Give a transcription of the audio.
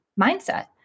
mindset